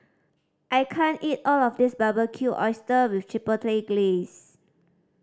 I can't eat all of this Barbecued Oyster with Chipotle Glaze